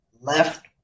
left